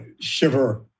shiver